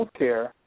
healthcare